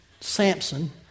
Samson